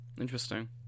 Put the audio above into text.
Interesting